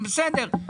זה בסדר,